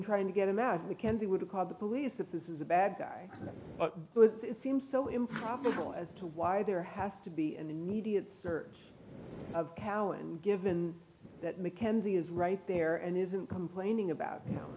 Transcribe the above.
trying to get him out we can't he would have called the police that this is a bad guy but it's seems so improbable as to why there has to be an immediate search of cow and given that mackenzie is right there and isn't complaining about you know